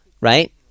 Right